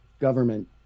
government